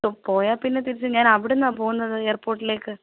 പോയാൽ പിന്നെ തിരിച്ച് ഞാന് അവിടുന്നാണ് പോവുന്നത് എയര്പോര്ട്ടിലേക്ക്